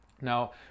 now